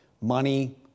money